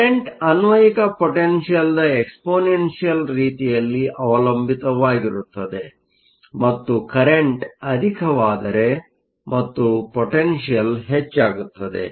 ಆದ್ದರಿಂದ ಕರೆಂಟ್ ಅನ್ವಯಿಕ ಪೊಟೆನ್ಷಿಯಲ್ದ ಎಕ್ಸ್ಪೊನೆನ್ಷಿಯಲ್ ರೀತಿಯಲ್ಲಿ ಅವಲಂಬಿತವಾಗಿರುತ್ತದೆ ಮತ್ತು ಕರೆಂಟ್ ಅಧಿಕವಾದರೆ ಮತ್ತು ಪೊಟೆನ್ಷಿಯಲ್ ಹೆಚ್ಚಾಗುತ್ತದೆ